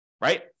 Right